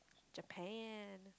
Japan